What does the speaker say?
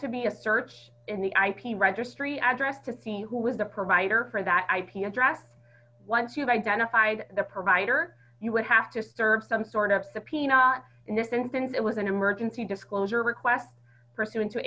to be a search in the ip registry address to see who was the provider for that ip address once you've identified the provider you would have to serve some sort of peanut in this instance it was an emergency disclosure request pursuant to